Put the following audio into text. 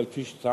אבל כפי שטענתי,